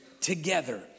together